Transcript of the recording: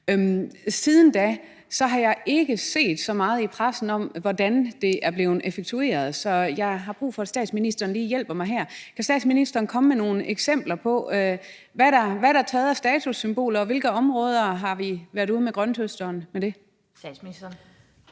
Siden da har jeg ikke set så meget i pressen om, hvordan det er blevet effektueret, så jeg har brug for, at statsministeren lige hjælper mig her. Kan statsministeren komme med nogle eksempler på, hvad der er taget af statussymboler, og hvilke områder vi har været ude med grønthøsteren på? Kl. 14:14 Den